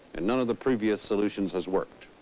and none of the previous solutions has worked.